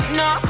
no